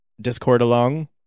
Discord-along